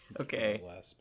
Okay